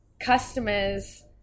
customers